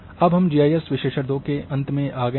अब हम G I S विश्लेषण 2 के अंत में आ गए हैं